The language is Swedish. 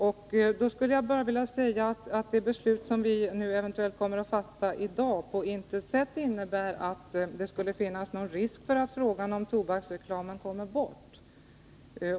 Jag vill bara säga att det beslut som vi nu eventuellt kommer att fatta på intet sätt innebär någon risk för att frågan om tobaksreklamen kommer bort.